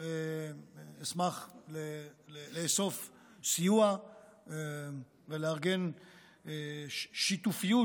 אשמח לאסוף סיוע ולארגן שיתופיות,